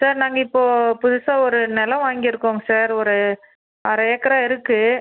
sir நாங்கள் இப்போ புதுசாக ஒரு நிலம் வாங்கிருக்கோங்க சார் ஒரு அரை ஏக்கராக இருக்கு